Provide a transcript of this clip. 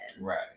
right